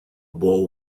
bowl